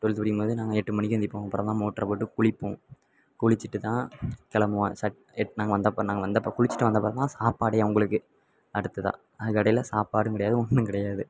twelfth படிக்கும்போது நாங்கள் எட்டு மணிக்கு எழுந்திரிப்போம் அப்புறந்தான் மோட்ரை போட்டு குளிப்போம் குளிச்சுட்டுதான் கிளம்புவோம் சட் எட் நாங்கள் வந்தப்போ நாங்கள் வந்தப்போ குளிச்சுட்டு வந்தப்புறந்தான் சாப்பாடே அவங்களுக்கு அடுத்துதான் அதுக்கு இடையில சாப்பாடும் கிடையாது ஒன்றும் கிடையாது